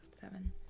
seven